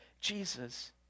Jesus